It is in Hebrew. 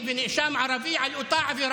עדיף לא להיות תומך